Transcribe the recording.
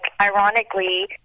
ironically